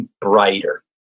brighter